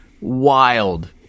wild